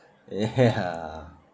ya